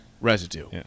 residue